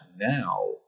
now